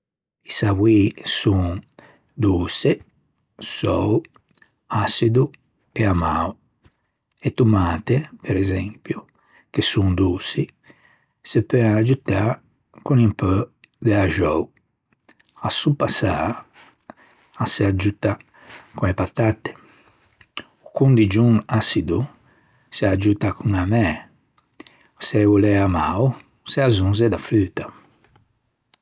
I savoî son: doçe, saou, açido e amao. E tomate, presempio che son doçi, se peuan aggiuttâ con un pö de axou. A soppa sâ a s'aggiutta co-e patatte. O condigion açido o s'aggiutta con amæ, s'ô l'é amao, se azzonze da fruta.